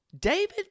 David